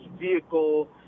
vehicle